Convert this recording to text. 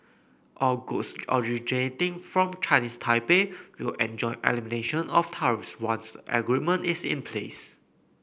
all goods originating from Chinese Taipei will enjoy elimination of tariffs once the agreement is in place